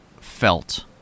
felt